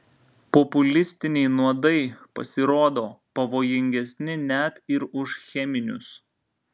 populistiniai nuodai pasirodo pavojingesni net ir už cheminius